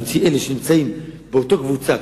להוציא אלה שנמצאים באותה קבוצה,